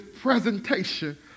presentation